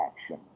action